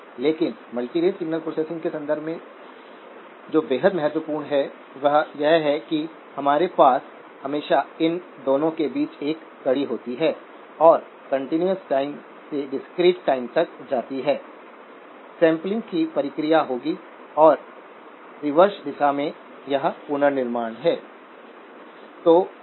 लेकिन multirate signal processing के संदर्भ में जो बेहद महत्वपूर्ण है वह यह है कि हमारे पास हमेशा इन दोनों के बीच एक कड़ी होती है और कंटीन्यूअस टाइम से डिस्क्रीट-टाइम तक जाती है सैंपलिंग की प्रक्रिया होगी और रिवर्स दिशा में यह पुनर्निर्माण है